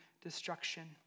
destruction